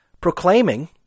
proclaiming